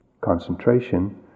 concentration